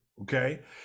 okay